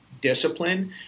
discipline